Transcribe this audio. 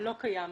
לא קיים.